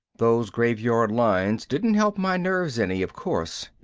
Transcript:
those graveyard lines didn't help my nerves any, of course.